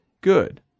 Good